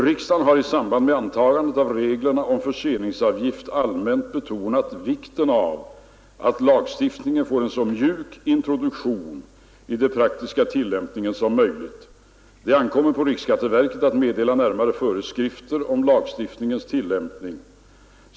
Riksdagen har i samband med antagandet av reglerna om förseningsavgift allmänt betonat vikten av att lagstiftningen får en så mjuk introduktion i den praktiska tillämpningen som möjligt. Det ankommer på riksskatteverket att meddela närmare föreskrifter om lagstiftningens tillämpning.